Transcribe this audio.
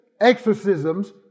exorcisms